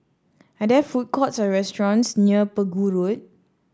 are there food courts or restaurants near Pegu Road